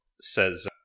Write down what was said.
says